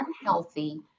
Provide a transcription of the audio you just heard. unhealthy